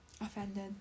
Offended